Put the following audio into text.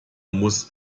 muss